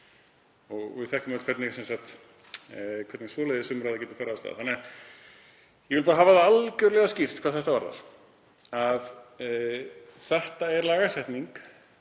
Við þekkjum öll hvernig svoleiðis umræða getur farið af stað. Ég vil bara hafa það algerlega skýrt hvað þetta varðar að þetta er lagasetning